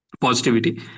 positivity